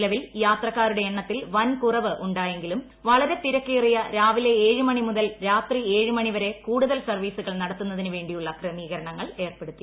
നിലവിൽ യാത്രാക്കാരുടെ എണ്ണത്തിൽ വൻ കുറവ് ഉണ്ടായെങ്കിലും വളരെ തിരക്കേറിയ രാവിലെ ഏഴ് മണി മുതൽ രാത്രി ഏഴ് മണിവരെ കൂടുതൽ സർവീസുകൾ നടത്തുന്നതിന് വേണ്ടിയുള്ള ക്രമീകരണങ്ങൾ ഏർപ്പെടുത്തി